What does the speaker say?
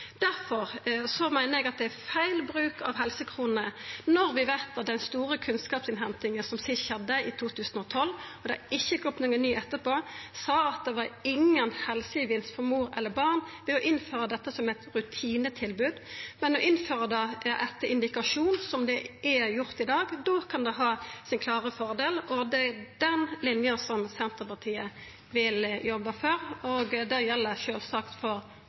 er feil bruk av helsekronene når vi veit at den store kunnskapsinnhentinga, som sist skjedde i 2012 – og det har ikkje kome nokon ny etterpå – sa at det var ingen helsegevinst for mor eller barn ved å innføra dette som eit rutinetilbod. Men å innføra det etter indikasjon, slik det er i dag, kan ha sin klare fordel. Det er den linja Senterpartiet vil jobba for, og det gjeld sjølvsagt for